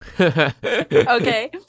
okay